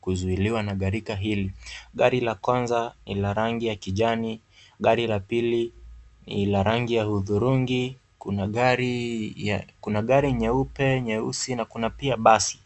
kuzuiliwa na gharika hili. Gari la kwanza ni la rangi ya kijani, gari la pili ni la rangi ya hudhurungi, kuna gari nyeupe, nyeusi na kuna pia basi.